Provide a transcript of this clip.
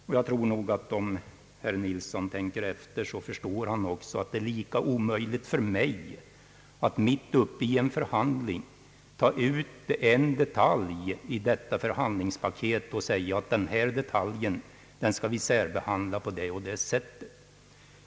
Om herr Nilsson tänker efter förstår han också att det är lika omöjligt för mig att mitt uppe i en förhandling ta ut en detalj i detta förhandlingspaket och säga att vi skall särbehandla denna detalj på det eller det sättet.